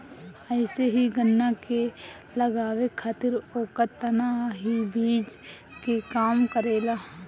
अइसे ही गन्ना के लगावे खातिर ओकर तना ही बीज के काम करेला